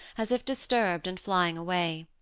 as if dis turbed and flying away.